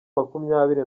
makumyabiri